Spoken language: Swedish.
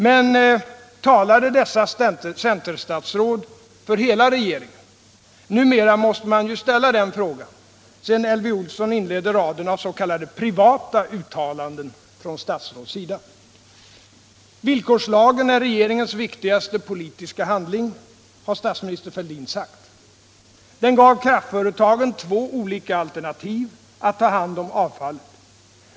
Men talade dessa centerstatsråd för hela regeringen? Numera måste man ju ställa den frågan, sedan Elvy Olsson inledde raden av s.k. privata uttalanden från statsråds sida. Villkorslagen är regeringens viktigaste politiska handling har statsminister Fälldin sagt. Den gav kraftföretagen två olika alternativ att ta hand om avfallet.